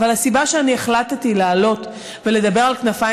אבל הסיבה שהחלטתי לעלות ולדבר על כנפיים